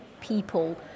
people